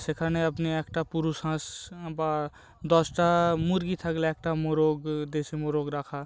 সেখানে আপনি একটা পুরুষ হাঁস বা দশটা মুরগি থাকলে একটা মোরগ দেশি মোরগ রাখা